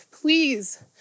please